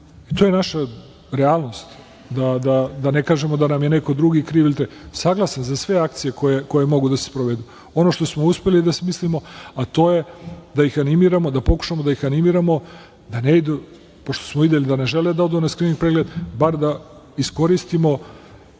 To je naša realnost, da ne kažemo da nam je neko drugi kriv. Saglasan sam za sve akcije koje mogu da se sprovedu. Ono što smo uspeli da smislimo, a to je da pokušamo da ih animiramo, pošto smo videli da ne žele da odu na skrining pregled, bar da iskoristimo